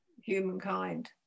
humankind